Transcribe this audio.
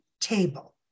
Table